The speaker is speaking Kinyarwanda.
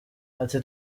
ati